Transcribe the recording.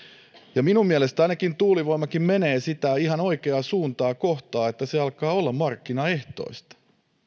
ja minun mielestäni ainakin tuulivoimakin menee sitä ihan oikeaa suuntaa kohtaan että se alkaa olla markkinaehtoista